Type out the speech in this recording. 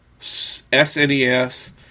SNES